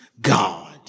God